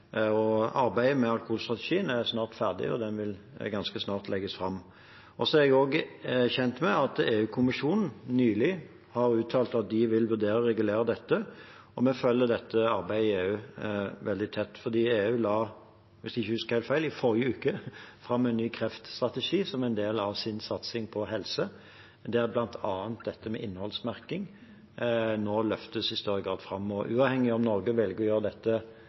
Arbeidet med alkoholstrategien er snart ferdig, og den vil ganske snart legges fram. Jeg er også kjent med at EU-kommisjonen nylig har uttalt at de vil vurdere å regulere dette, og vi følger dette arbeidet i EU veldig tett. EU la, hvis jeg ikke husker helt feil, i forrige uke fram en ny kreftstrategi som en del av sin satsing på helse, der bl.a. dette med innholdsmerking nå i større grad løftes fram. Uavhengig av om Norge velger å gjøre dette